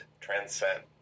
Transcend